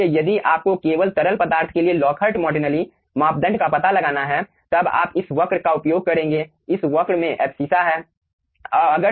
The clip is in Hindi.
इसलिए यदि आपको केवल तरल पदार्थ के लिए लॉकहार्ट मार्टिनेली मापदंड का पता लगाना है तब आप इस वक्र का उपयोग करेंगे इस वक्र के ऑब्सीसा में